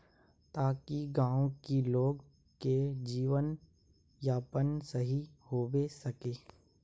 ताकि गाँव की लोग के जीवन यापन सही होबे सके?